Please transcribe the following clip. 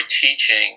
teaching